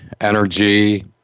energy